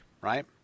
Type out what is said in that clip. right